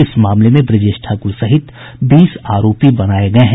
इस मामले में ब्रजेश ठाकुर सहित बीस आरोपी बनाये गये हैं